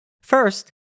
First